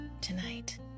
tonight